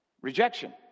rejection